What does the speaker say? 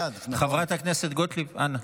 חברת הכנסת גוטליב, אנא.